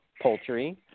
poultry